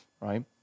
right